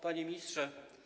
Panie Ministrze!